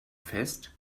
fest